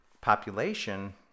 population